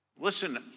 listen